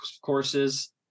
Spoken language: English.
courses